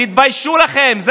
תתביישו לכם.